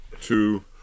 two